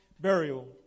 burial